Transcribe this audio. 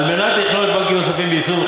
על מנת לכלול בנקים נוספים באיסור,